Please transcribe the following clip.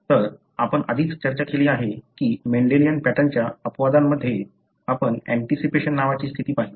म्हणून आपण आधीच चर्चा केली आहे की मेंडेलियन पॅटर्नच्या अपवादांमध्ये आपण ऍंटीसिपेशन नावाची स्थिती पाहिली